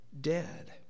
dead